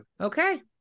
Okay